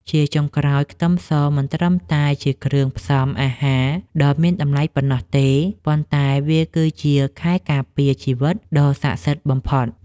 ជាចុងក្រោយខ្ទឹមសមិនត្រឹមតែជាគ្រឿងផ្សំអាហារដ៏មានតម្លៃប៉ុណ្ណោះទេប៉ុន្តែវាគឺជាខែលការពារជីវិតដ៏ស័ក្តិសិទ្ធិបំផុត។